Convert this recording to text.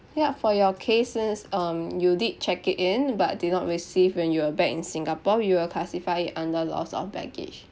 yup for your case is um you did check it in but did not receive when you were back in singapore we will classify it under loss of baggage